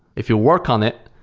if you work on it,